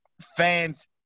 fans